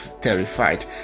terrified